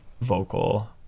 vocal